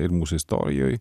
ir mūsų istorijoj